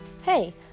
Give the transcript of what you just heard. Hey